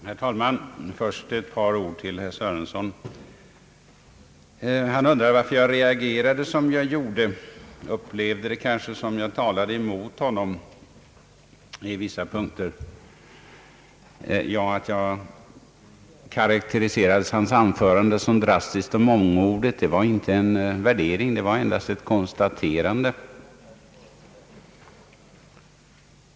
Herr talman! Först vill jag rikta ett par ord till herr Sörenson. Herr Sörenson undrade varför jag reagerade som jag gjorde. Han upplevde det kanske som om jag talade emot honom på vissa punkter. Att jag karakteriserade hans anförande såsom drastiskt och mångordigt var inte en värdering, utan endast ett konstaterande.